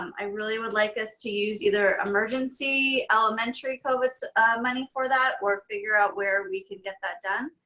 i really would like us to use either emergency elementary covid money for that or figure out where we can get that done.